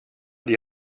die